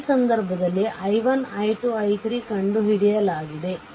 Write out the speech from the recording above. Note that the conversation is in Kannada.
ಈ ಸಂದರ್ಭದಲ್ಲಿ i1 i2 i3 ಕಂಡುಹಿಡಿಯಲಾಗಿದೆ